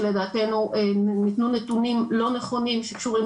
שלדעתנו ניתנו נתונים לא נכונים שקשורים